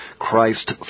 Christ